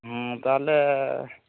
ᱛᱟᱦᱚᱞᱮ